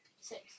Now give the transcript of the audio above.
six